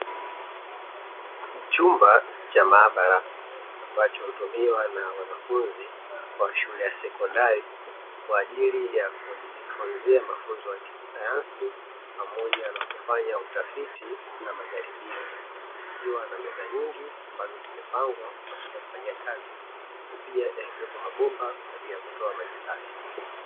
Chumba cha maabara ambacho hutumiwa na wanafunzi wa shule ya sekondari, kwa ajili ya kujifunzia mafunzo ya kisayansi pamoja na kufanya utafiti na majaribio, ikiwa na meza nyingi ambazo zimepangwa kwa ajili ya kufanyia kazi pia yakiwepo mabomba kwa ajili ya kutoa maji safi.